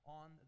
on